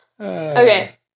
Okay